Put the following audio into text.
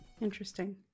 Interesting